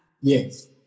yes